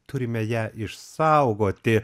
turime ją išsaugoti